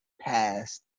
past